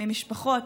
ממשפחות,